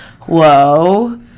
Whoa